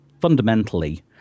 fundamentally